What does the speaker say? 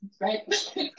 Right